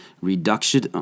reduction